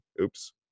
Oops